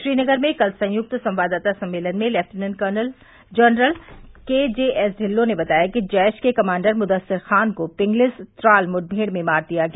श्रीनगर में कल संयुक्त संवाददाता सम्मेलन में lieutenant general K J S Dhillon ने बताया कि जैश के कमांडर मुदस्सिर खान को पिंगलिस त्राल मुठभेड़ में मार दिया गया